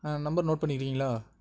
number note பண்ணிக்கிறீங்களா